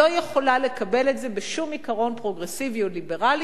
לא יכולה לקבל, בשום עיקרון פרוגרסיבי או ליברלי,